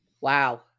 Wow